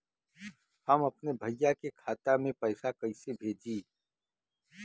हम अपने भईया के खाता में पैसा कईसे भेजी?